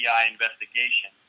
investigation